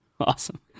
Awesome